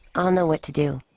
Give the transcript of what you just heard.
um know what to do.